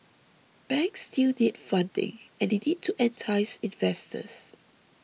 banks still need funding and they need to entice investors